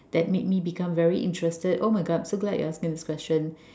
that made me become very interested oh my god so glad you asked me this question